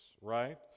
right